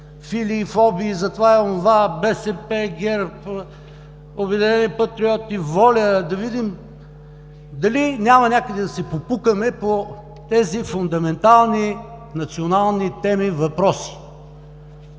-филии и -фобии за това, онова, БСП, ГЕРБ, „Обединени патриоти“, „Воля“, да видим дали няма някъде да се пропукаме по тези фундаментални национални теми и въпроси.